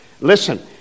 Listen